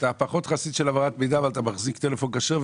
אתה פחות חסיד של העברת מידע ואתה מחזיק טלפון כשר,